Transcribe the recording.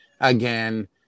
again